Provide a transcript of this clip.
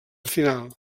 final